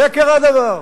שקר הדבר.